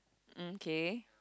mm K